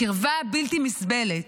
הקרבה הבלתי-נסבלת,